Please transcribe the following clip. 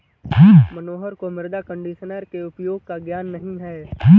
मनोहर को मृदा कंडीशनर के उपयोग का ज्ञान नहीं है